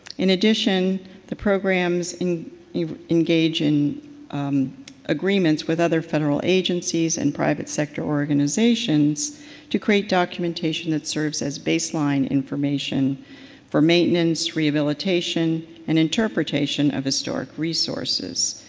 in addition the program's engage in agreements with other federal agencies and private sector organizations to create documentation that serves as baseline information for maintenance, rehabilitation and interpretation of historic resources.